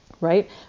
right